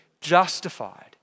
justified